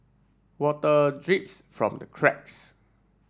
water drips from the cracks